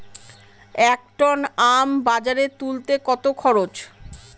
এক টন আম বাজারে তুলতে কত খরচ?